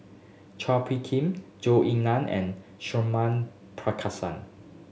Chua Phung Kim Zhou Ying Nan and Suratman